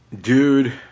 Dude